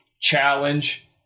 challenge